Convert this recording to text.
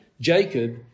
Jacob